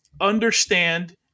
understand